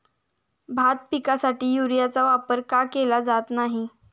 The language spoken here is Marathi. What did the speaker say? भात पिकासाठी युरियाचा वापर का केला जात नाही?